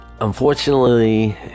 unfortunately